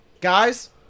Guys